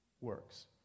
works